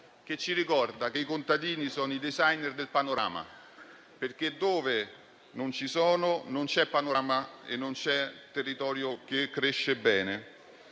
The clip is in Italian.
più di me - che i contadini sono i *designer* del panorama, perché dove non ci sono non c'è panorama e non c'è territorio che cresce bene.